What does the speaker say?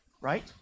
right